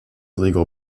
legal